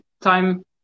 time